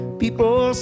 people